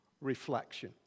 reflection